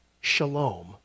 shalom